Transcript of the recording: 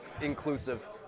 inclusive